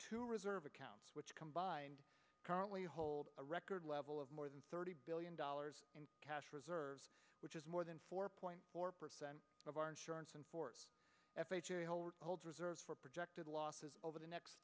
to reserve accounts which combined currently holds a record level of more than thirty billion dollars in cash reserves which is more than four point four percent of our insurance and fourth holds reserves for projected losses over the next